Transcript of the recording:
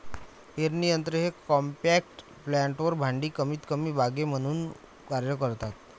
पेरणी यंत्र हे कॉम्पॅक्ट प्लांटर भांडी कमीतकमी बागे म्हणून कार्य करतात